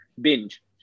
Binge